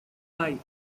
five